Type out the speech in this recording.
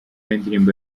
w’indirimbo